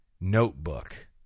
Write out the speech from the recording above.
notebook